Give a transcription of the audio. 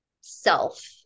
self